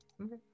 Okay